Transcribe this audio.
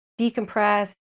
decompress